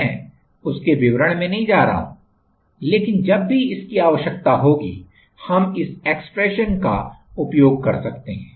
मैं उसके विवरण में नहीं जा रहा हूं लेकिन जब भी इसकी आवश्यकता होगी हम इस एक्सप्रेशन का उपयोग कर सकते हैं